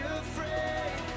afraid